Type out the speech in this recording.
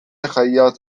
خیاط